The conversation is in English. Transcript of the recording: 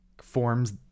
forms